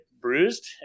bruised